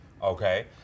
okay